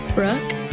Brooke